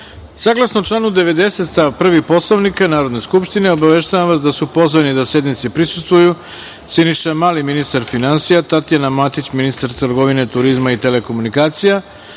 redu. Saglasno članu 90. stav 1. Poslovnika Narodne skupštine, obaveštavam vas da su pozvani da sednici prisustvuju: Siniša Mali, ministar finansija, Tatjana Matić, ministar trgovine, turizma i telekomunikacija,